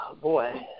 Boy